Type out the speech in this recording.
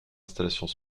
installations